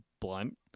blunt